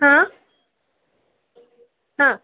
हां